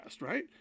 Right